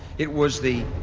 it was the.